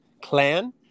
clan